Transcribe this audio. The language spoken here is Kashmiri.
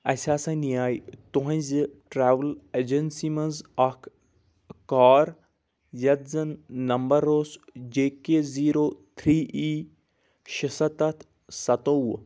اسہِ ہسا نیے تُہنٛزِ ٹرٛوٕل ایجنسی منٛز اکھ کار یتھ زن نمبر اوس جے کے زیٖرو تھرِی ایی شُسَتتھ سَتووُہ